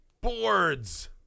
boards